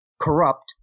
corrupt